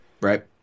Right